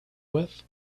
with